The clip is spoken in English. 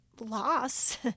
loss